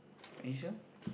Indonesia